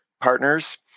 partners